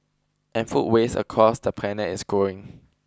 and food waste across the planet is growing